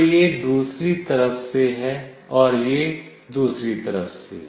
तो यह दूसरी तरफ से है और यह दूसरी तरफ से